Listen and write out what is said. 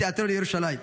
בתיאטרון ירושלים.